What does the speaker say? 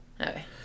Okay